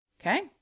okay